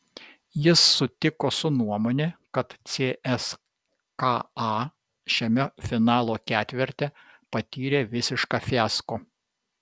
jis sutiko su nuomone kad cska šiame finalo ketverte patyrė visišką fiasko